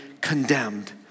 condemned